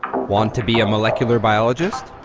ah want to be a molecular biologist?